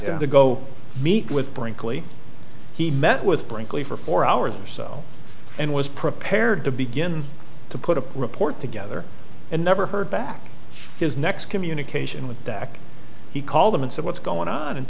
d to go meet with brinkley he met with brinkley for four hours or so and was prepared to begin to put a report together and never heard back his next communication with back he called them and said what's